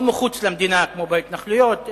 לא מחוץ למדינה כמו בהתנחלויות,